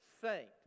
saint